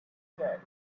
said